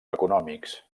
econòmics